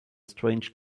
strange